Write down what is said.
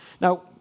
Now